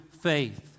faith